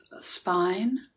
spine